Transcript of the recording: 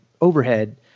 overhead